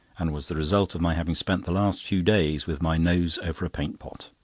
and was the result of my having spent the last few days with my nose over a paint-pot.